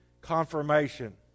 confirmation